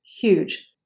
huge